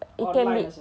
online also